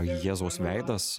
jėzaus veidas